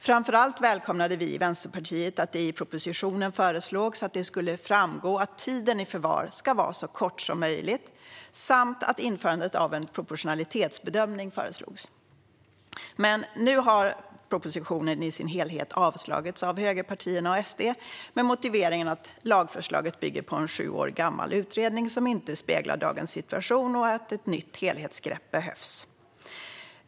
Framför allt välkomnade vi i Vänsterpartiet att det i propositionen föreslogs att det skulle framgå att tiden i förvar ska vara så kort som möjligt samt att införandet av en proportionalitetsbedömning föreslogs. Nu har dock propositionen i sin helhet avslagits av högerpartierna och SD med motiveringen att lagförslagen bygger på en sju år gammal utredning som inte speglar dagens situation och att ett nytt helhetsgrepp behövs.